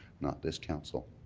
not this council.